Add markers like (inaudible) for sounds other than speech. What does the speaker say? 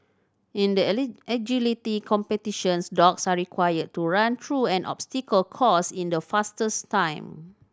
in the (unintelligible) agility competitions dogs are required to run through an obstacle course in the fastest time